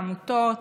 העמותות,